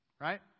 Right